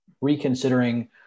reconsidering